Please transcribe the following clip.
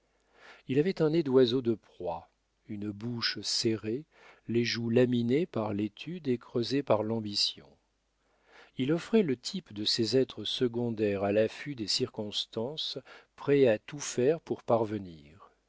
il avait un nez d'oiseau de proie une bouche serrée les joues laminées par l'étude et creusées par l'ambition il offrait le type de ces êtres secondaires à l'affût des circonstances prêts à tout faire pour parvenir